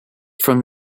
from